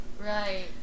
Right